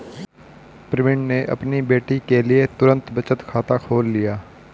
प्रवीण ने अपनी बेटी के लिए तुरंत बचत खाता खोल लिया